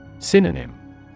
Synonym